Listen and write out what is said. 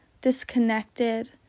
disconnected